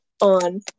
on